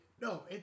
No